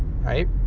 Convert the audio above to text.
Right